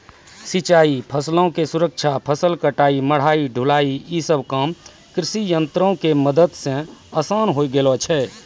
सिंचाई, फसलो के सुरक्षा, फसल कटाई, मढ़ाई, ढुलाई इ सभ काम कृषियंत्रो के मदत से असान होय गेलो छै